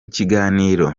kiganiro